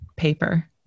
paper